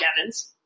Evans